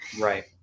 right